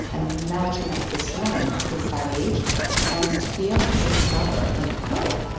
ah imagine that this woman is that age and to be able to discover like, oh,